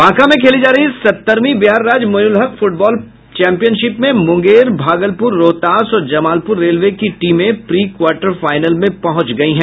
बांका में खेली जा रही सत्तरवीं बिहार राज्य मोईनुलहक फुटबॉल चैंपियनशिप में मुंगेर भागलपुर रोहतास और जमालपुर रेल की टीमें प्री क्वार्टर फाइनल में पहुंच गई है